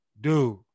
Dude